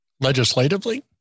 Legislatively